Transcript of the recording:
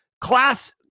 class